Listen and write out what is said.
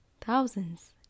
thousands